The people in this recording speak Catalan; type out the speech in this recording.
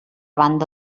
banda